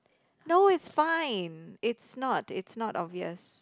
no it's fine it's not it's not obvious